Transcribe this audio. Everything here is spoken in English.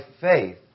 faith